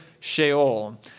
Sheol